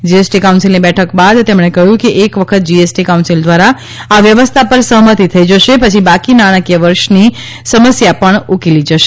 GST કાઉન્સિલની બેઠક બાદ તેમણે કહ્યું કે એક વખત જીએસટી કાઉન્સિલ દ્વારા આ વ્યવસ્થા પર સહમતી થઈ જશે પછી બાકી નાણાંકીય વર્ષની સમસ્યા પણ ઊકલી જશે